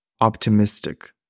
Optimistic